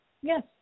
Yes